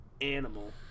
animal